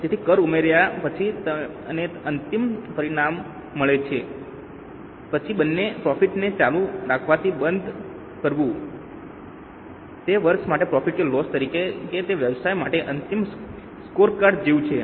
તેથી કર ઉમેર્યા પછી અને તમને અંતિમ પરિણામ મળે તે પછી બંને પ્રોફિટ ને ચાલુ રાખવાથી બંધ કરવું તે વર્ષ માટે પ્રોફિટ કે લોસ તરીકે તે વ્યવસાય માટેના અંતિમ સ્કોરકાર્ડ જેવું છે